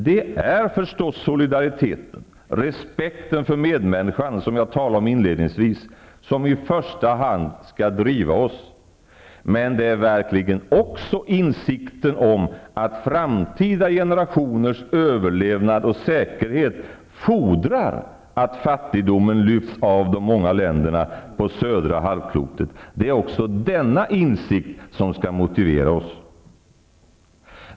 Det är förstås solidariteten, respekten för medmänniskan -- som jag inledningsvis talade om -- som i första hand skall driva oss, men det är verkligen också insikten om att framtida generationers överlevnad och säkerhet fordrar att fattigdomen lyfts av de många länderna på södra halvklotet, som måste motivera oss.